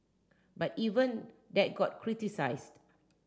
but even that got criticised